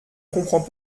comprends